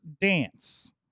dance